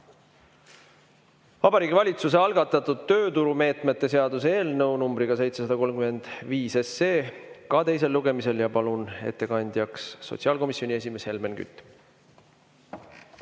Vabariigi Valitsuse algatatud tööturumeetmete seaduse eelnõu numbriga 735, see on samuti teisel lugemisel. Palun ettekandjaks sotsiaalkomisjoni esimehe Helmen Küti.